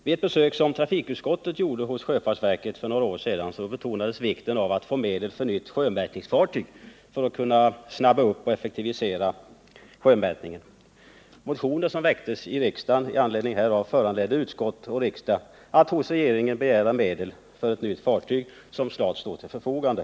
Vid ett besök som trafikutskottet gjorde hos sjöfartsverket för några år sedan betonades vikten av att få medel till ett nytt sjömätningsfartyg för att kunna snabba upp och effektivisera sjömätningen. Motioner som väcktes i riksdagen med anledning härav föranledde utskott och riksdag att hos regeringen begära medel till ett nytt fartyg, som snart står till förfogande.